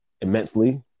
immensely